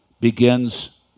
begins